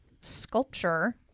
sculpture